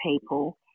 people